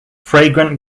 fragrant